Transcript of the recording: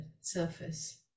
surface